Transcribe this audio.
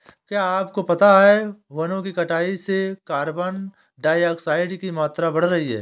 क्या आपको पता है वनो की कटाई से कार्बन डाइऑक्साइड की मात्रा बढ़ रही हैं?